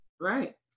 Right